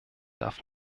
darf